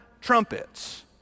trumpets